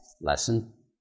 lesson